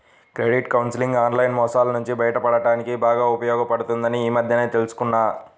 credit counselling online మోసాల నుంచి బయటపడడానికి బాగా ఉపయోగపడుతుందని ఈ మధ్యనే తెల్సుకున్నా